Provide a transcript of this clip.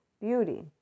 beauty